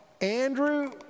Andrew